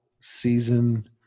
season